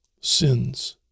sins